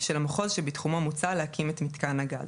של המחוז שבתחומו מוצע להקים את מיתקן הגז,